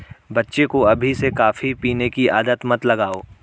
बच्चे को अभी से कॉफी पीने की आदत मत लगाओ